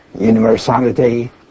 universality